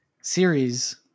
series